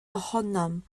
ohonom